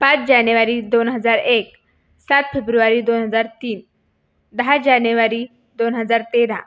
पाच जानेवारी दोन हजार एक सात फेब्रुवारी दोन हजार तीन दहा जानेवारी दोन हजार तेरा